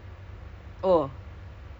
foodpanda ke apa